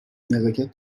نزاکت